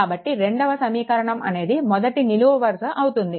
కాబట్టి రెండవ సమీకరణం అనేది మొదటి నిలువు వరుస అవుతుంది